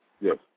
yes